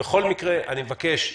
בכל מקרה אני מבקש,